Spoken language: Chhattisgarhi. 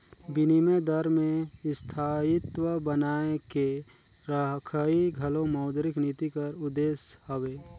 बिनिमय दर में स्थायित्व बनाए के रखई घलो मौद्रिक नीति कर उद्देस हवे